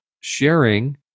sharing